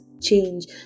change